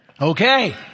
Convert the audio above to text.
Okay